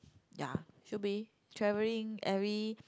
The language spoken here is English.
ya should be travelling every